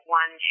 one